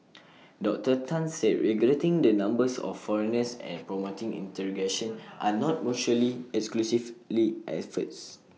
Doctor Tan said regulating the numbers of foreigners and promoting integration are not mutually exclusively efforts